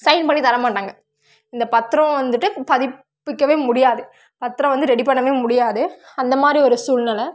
sign பண்ணி தர மாட்டாங்க இந்த பத்திரம் வந்துவிட்டு பதிப்பிக்கவே முடியாது பத்திரம் வந்து ரெடி பண்ணவே முடியாது அந்த மாதிரி ஒரு சூழ்நெலை